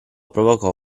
provocò